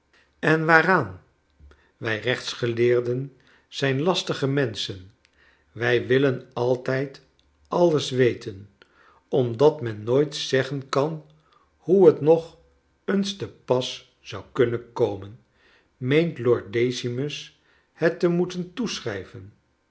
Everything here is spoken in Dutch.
en waaraan wij rechtsgeleerden zijn lastige menschen wij willen altijd alles weten omdat men nooit zeggen kan hoe t nog eens te pas zou kunnen komen meent lord decimus het te moeten